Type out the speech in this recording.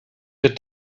that